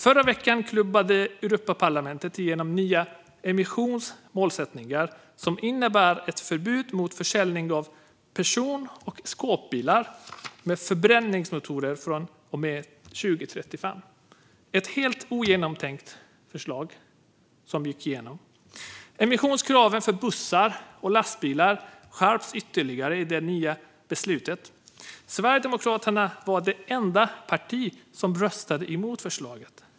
Förra veckan klubbade Europaparlamentet igenom nya emissionsmålsättningar som innebär ett förbud mot försäljning av person och skåpbilar med förbränningsmotor från och med 2035 - ett helt ogenomtänkt förslag som gick igenom. Emissionskraven för bussar och lastbilar skärps också ytterligare i det nya beslutet. Sverigedemokraterna var det enda parti som röstade emot förslaget.